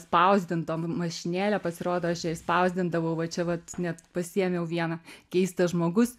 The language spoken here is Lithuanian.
spausdintom mašinėle pasirodo aš jai spausdindavau va čia vat net pasiėmiau vieną keistas žmogus